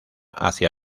hacia